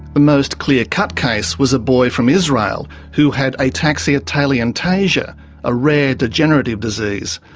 the most clear-cut case was a boy from israel who had ataxia telangiectasia, a rare degenerative disease.